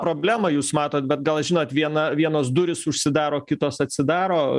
problemą jūs matot bet gal žinot viena vienos durys užsidaro kitos atsidaro